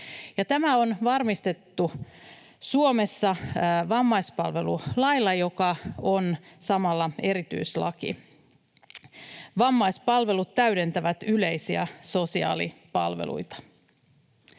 tämä on varmistettu Suomessa vammaispalvelulailla, joka on samalla erityislaki. Vammaispalvelut täydentävät yleisiä sosiaalipalveluita.